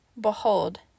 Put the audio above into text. Behold